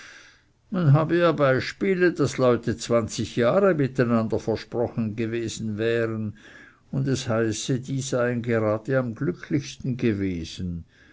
habe ja beispiele daß leute zwanzig jahre miteinander versprochen gewesen wären und es heiße die seien gerade am glücklichsten gewesen